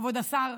כבוד השר,